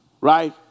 Right